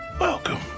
Welcome